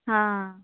ಹಾಂ